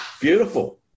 beautiful